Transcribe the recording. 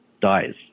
dies